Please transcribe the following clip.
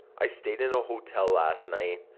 i stayed in a hotel last night.